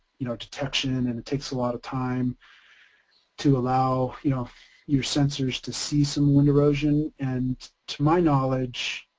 you know detection and it takes a lot of time to allow, you know your sensors to see some wind erosion. and to my knowledge